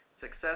success